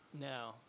No